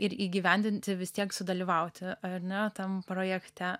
ir įgyvendinti vis tiek sudalyvauti ar ne tam projekte